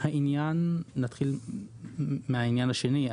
נתחיל מהעניין השני.